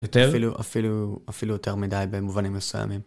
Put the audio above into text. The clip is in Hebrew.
אפילו... אפילו... אפילו יותר מדי במובנים מסוימים.